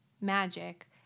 magic